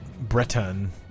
Breton